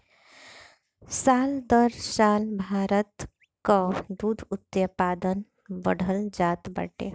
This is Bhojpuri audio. साल दर साल भारत कअ दूध उत्पादन बढ़ल जात बाटे